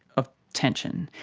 of tension.